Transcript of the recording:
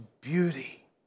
beauty